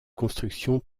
constructions